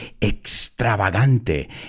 extravagante